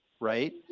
right